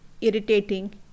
irritating